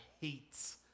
hates